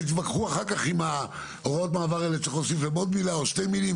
תתווכחו אחר כך על עוד מילה ועל עוד שתי מילים,